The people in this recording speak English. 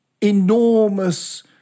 enormous